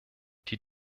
die